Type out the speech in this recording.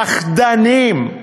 פחדנים.